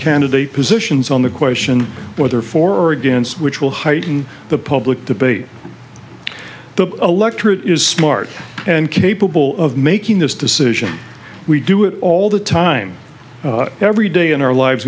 candidate positions on the question whether for or against which will heighten the public debate the electorate is smart and capable of making this decision we do it all the time every day in our lives